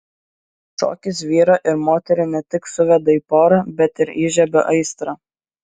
šokis vyrą ir moterį ne tik suveda į porą bet ir įžiebia aistrą